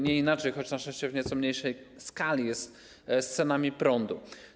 Nie inaczej, choć na szczęście w nieco mniejszej skali, jest z cenami prądu.